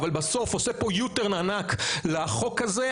אבל בסוף עושה פה u turn ענק לחוק הזה.